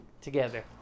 together